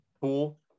pool